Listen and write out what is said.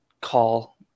call